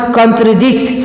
contradict